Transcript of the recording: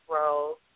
roles